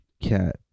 cat